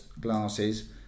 glasses